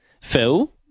Phil